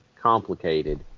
complicated